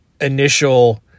initial